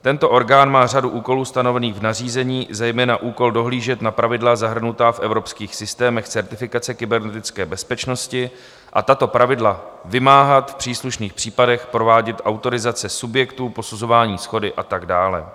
Tento orgán má řadu úkolů stanovených v nařízení, zejména úkol dohlížet na pravidla zahrnutá v evropských systémech certifikace kybernetické bezpečnosti a tato pravidla vymáhat, v příslušných případech provádět autorizace subjektů, posuzování shody a tak dále.